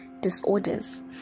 disorders